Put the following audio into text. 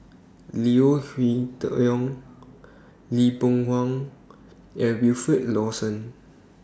Leo Hee Tong Lee Boon Wang and Wilfed Lawson